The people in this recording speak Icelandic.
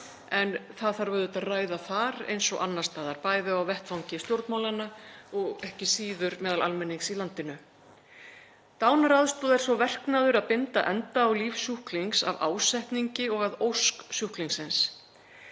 en það þarf auðvitað að ræða þar eins og annars staðar, bæði á vettvangi stjórnmálanna og ekki síður meðal almennings í landinu. Dánaraðstoð er sá verknaður að binda enda á líf sjúklings af ásetningi og að ósk sjúklingsins.